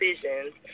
decisions